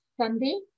Sunday